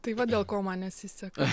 tai va dėl ko man nesiseka